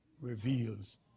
reveals